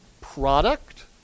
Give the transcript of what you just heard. product